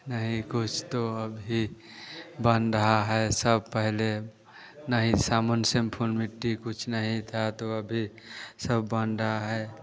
नहीं कुछ तो अभी बन रहा है सब पहले नहीं साबुन सेम्पुल मिट्टी कुछ नहीं था तो अभी सब बन रहा है